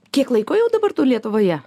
kiek laiko jau dabar tu lietuvoje